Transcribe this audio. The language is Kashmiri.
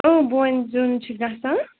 بونہِ زیُن چھِ گَژھان